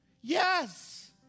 Yes